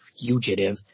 fugitive